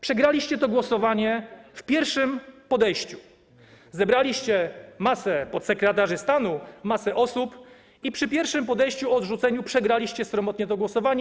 Przegraliście to głosowanie w pierwszym podejściu, zebraliście masę podsekretarzy stanu, masę osób i przy pierwszym podejściu o odrzucenie przegraliście sromotnie to głosowanie.